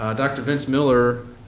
ah dr. vince miller,